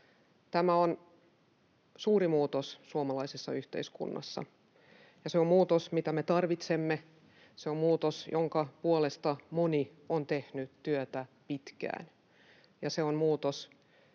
Tämä on suuri muutos suomalaisessa yhteiskunnassa, ja se on muutos, mitä me tarvitsemme, se on muutos, jonka puolesta moni on tehnyt työtä pitkään, ja se on muutos,